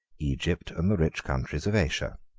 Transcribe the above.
egypt, and the rich countries of asia.